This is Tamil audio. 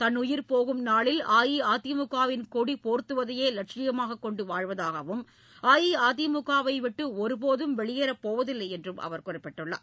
தன்னுயிர் போகும் நாளில் அஇஅதிமுக வின் கொடி போர்த்துவதையே லட்சியமாக கொண்டு வாழ்வதாகவும் அஇஅதிமுக வை விட்டு ஒருபோதும் வெளியேற போவதில்லை என்றும் அவர் குறிப்பிட்டுள்ளார்